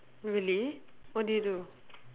really what did you do